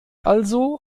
also